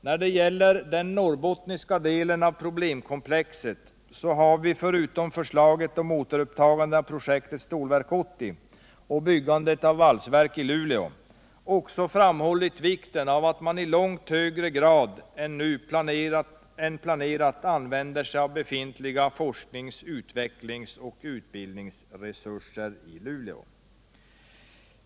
När det gäller den norrbottniska delen av problemkomplexet har vi förutom förslaget om återupptagande av projektet Stålverk 80 och byggandet av ett valsverk i Luleå också framhållit vikten av att man i långt högre grad än planerat använder sig av de befintliga forsknings-, utvecklingsoch utbildningsresurserna i Luleå.